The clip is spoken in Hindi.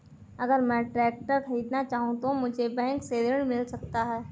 अगर मैं ट्रैक्टर खरीदना चाहूं तो मुझे बैंक से ऋण मिल सकता है?